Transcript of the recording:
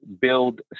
build